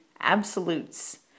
absolutes